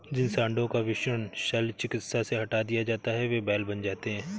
जिन साँडों का वृषण शल्य चिकित्सा से हटा दिया जाता है वे बैल बन जाते हैं